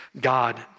God